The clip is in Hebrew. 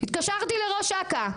התקשרתי לראש אכ"א,